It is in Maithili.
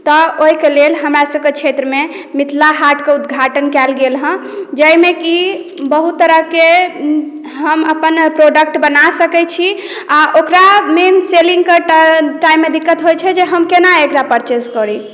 तऽ ओहिके लेल हमरा सभके क्षेत्रमे मिथिला हाटक उद्घाटन कयल गेल हॅं जाहिमे कि बहुत तरहके हम अपन प्रोडक्ट बना सकै छी आ ओकरा मेन सेलिंग क टाइम मे दिक्कत होइ छै जे हम केना एकरा परचेज करी